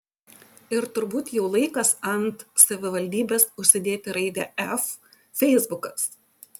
ir turbūt jau laikas ant savivaldybės užsidėti raidę f feisbukas